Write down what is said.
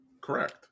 correct